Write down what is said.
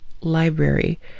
library